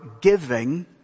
giving